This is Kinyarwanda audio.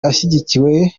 ashyigikiwe